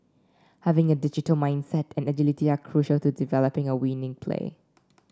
having a digital mindset and agility are crucial to developing a winning play